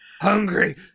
hungry